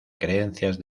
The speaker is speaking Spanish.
creencias